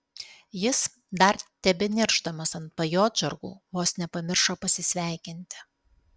jis dar tebeniršdamas ant pajodžargų vos nepamiršo pasisveikinti